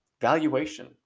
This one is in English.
Valuation